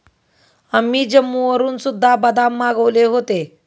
आम्ही जम्मूवरून सुद्धा बदाम मागवले होते